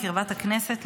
בקרבת הכנסת,